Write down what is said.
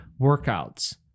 workouts